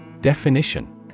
Definition